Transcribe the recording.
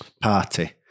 party